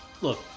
look